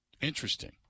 Interesting